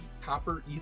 copper